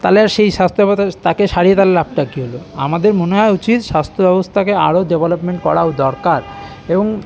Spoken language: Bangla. তাহলে আর সেই স্বাস্থ্য ব্যবস্থায় তাকে সারিয়ে তার লাভটা কী হলো আমাদের মনে হয় উচিত স্বাস্থ্য ব্যবস্থাকে আরো ডেভেলপমেন্ট করাও দরকার এবং